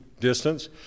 distance